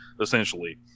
essentially